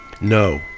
No